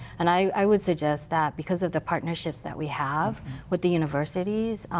and i would suggest that because of the partnerships that we have with the universities,